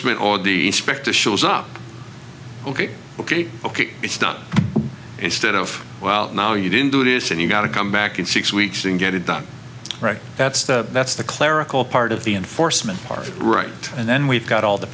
foresman all the spec to shows up ok ok ok it's done instead of well now you didn't do this and you got to come back in six weeks and get it done right that's the that's the clerical part of the enforcement part right and then we've got all the